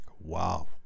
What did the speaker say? wow